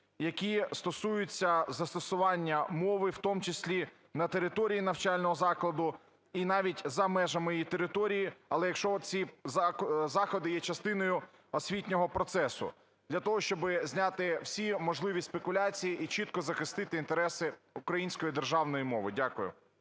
які стосуються застосування мови, в тому числі на території навчального закладу, і навіть за межами її території, але якщо ці заходи є частиною освітнього процесу, для того щоб зняти всі можливі спекуляції і чітко захистити інтереси української державної мови. Дякую.